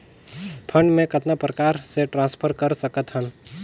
Fund मे कतना प्रकार से ट्रांसफर कर सकत हन?